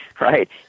right